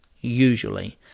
usually